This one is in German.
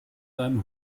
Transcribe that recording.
deinem